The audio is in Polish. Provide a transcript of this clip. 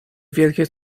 wielkie